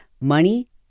money